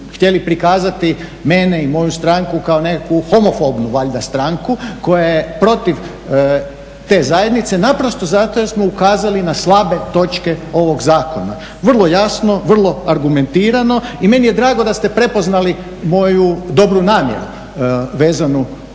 htjeli prikazati mene i moju stranku kao nekakvu homofonu valjda stranku koja je protiv te zajednice naprosto zato jer smo ukazali na slabe točke ovog zakona, vrlo jasno, vrlo argumentirano. I meni je drago da ste prepoznali moju dobru namjeru vezanu i uz